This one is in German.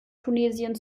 tunesien